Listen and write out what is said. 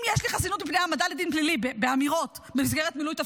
אם יש לי חסינות מפני העמדה לדין פלילי על אמירות במסגרת מילוי תפקיד,